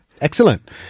Excellent